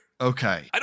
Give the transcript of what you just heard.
Okay